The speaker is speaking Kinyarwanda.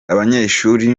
abanyeshuri